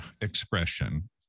expression